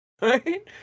right